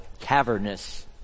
cavernous